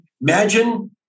Imagine